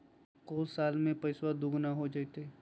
को साल में पैसबा दुगना हो जयते?